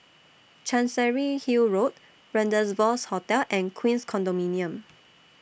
Chancery Hill Road Rendezvous Hotel and Queens Condominium